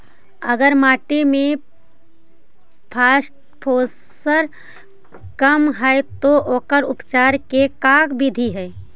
अगर मट्टी में फास्फोरस कम है त ओकर उपचार के का बिधि है?